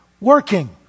working